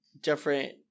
different